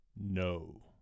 no